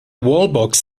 wallbox